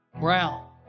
Brown